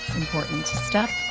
important step.